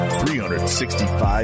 365